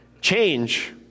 change